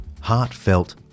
heartfelt